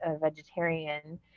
vegetarian